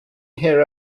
here